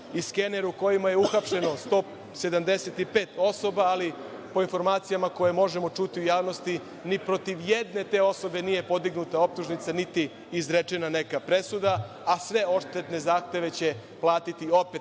i „Skener“ u kojima je uhapšeno 175 osoba, ali po informacijama koje možemo čuti u javnosti ni protiv jedne te osobe nije podignuta optužnica, niti izrečena neka presuda, a sve odštetne zahteve će platiti opet